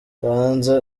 banza